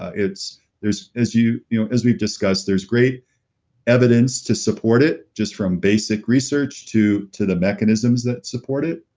ah it's as you know as we've discussed, there's great evidence to support it just from basic research to to the mechanisms that support it.